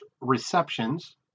receptions